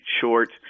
short